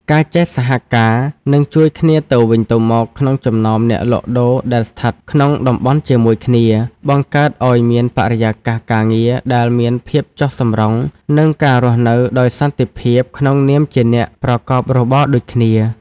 ការចេះសហការ និងជួយគ្នាទៅវិញទៅមកក្នុងចំណោមអ្នកលក់ដូរដែលស្ថិតក្នុងតំបន់ជាមួយគ្នា បង្កើតឱ្យមានបរិយាកាសការងារដែលមានភាពចុះសម្រុង និងការរស់នៅដោយសន្តិភាពក្នុងនាមជាអ្នកប្រកបរបរដូចគ្នា។